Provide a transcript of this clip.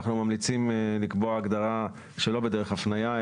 אנחנו ממליצים לקבוע הגדרה שלא בדרך הפניה,